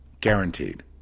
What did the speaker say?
guaranteed